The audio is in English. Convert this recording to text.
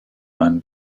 man